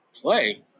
play